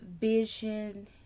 vision